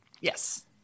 yes